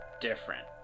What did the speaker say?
different